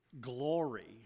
glory